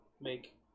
make